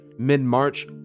mid-March